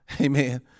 Amen